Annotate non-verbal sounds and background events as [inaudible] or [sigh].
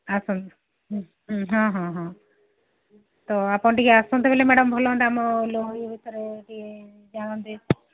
ଆସନ୍ତୁ ହଁ ହଁ ହଁ ତ ଆପଣ ଟିକେ ଆସନ୍ତେ ବୋଲେ ମ୍ୟାଡମ୍ ଭଲ ହୁଅନ୍ତା ଆମ [unintelligible] ବିଷୟରେ ଟିକେ ଜାଣନ୍ତେ